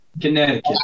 Connecticut